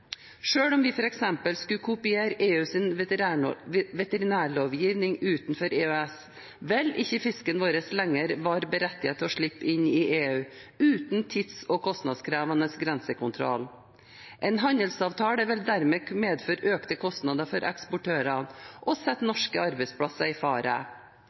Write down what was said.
om vi f.eks. skulle kopiere EUs veterinærlovgivning utenfor EØS, vil ikke fisken vår lenger være berettiget til å slippe inn i EU uten en tids- og kostnadskrevende grensekontroll. En handelsavtale vil dermed medføre økte kostnader for eksportørene og sette norske arbeidsplasser i fare.